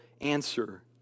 answer